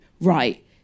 right